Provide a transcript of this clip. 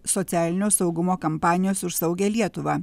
socialinio saugumo kampanijos už saugią lietuvą